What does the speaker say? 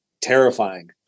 terrifying